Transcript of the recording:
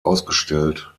ausgestellt